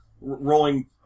Rolling